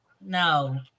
No